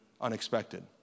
unexpected